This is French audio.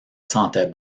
sentait